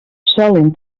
solen